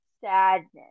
sadness